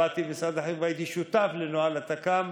עבדתי במשרד החינוך והייתי שותף לנוהל התכ"ם.